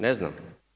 Ne znam.